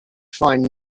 find